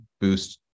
boost